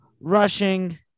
rushing